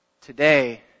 Today